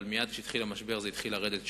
אבל מייד כשהתחיל המשבר זה התחיל לרדת שוב.